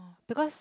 because